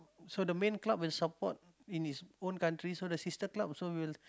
so the main club is support in its own country so the sister club also will